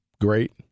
great